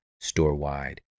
store-wide